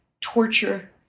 torture